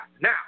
Now